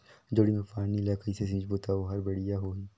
जोणी मा पानी ला कइसे सिंचबो ता ओहार बेडिया होही?